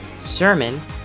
Sermon